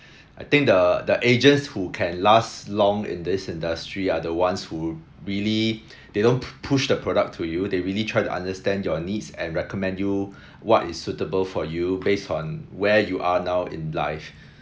I think the the agents who can last long in this industry are the ones who really they don't push the product to you they really try to understand your needs and recommend you what is suitable for you based on where you are now in life